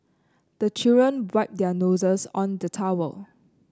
the children wipe their noses on the towel